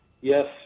Yes